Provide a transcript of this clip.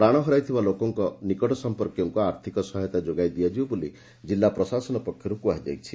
ପ୍ରାଶ ହରାଇଥିବା ଲୋକମାନଙ୍ଙ ନିକଟ ସମ୍ମର୍କୀୟଙ୍କୁ ଆର୍ଥିକ ସହାୟତା ଯୋଗାଇ ଦିଆଯିବ ବୋଲି ଜିଲ୍ଲା ପ୍ରଶାସନ ପକ୍ଷରୁ କୁହାଯାଇଛି